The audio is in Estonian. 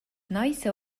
naise